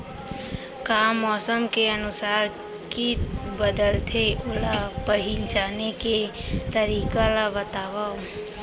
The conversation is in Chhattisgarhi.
का मौसम के अनुसार किट बदलथे, ओला पहिचाने के तरीका ला बतावव?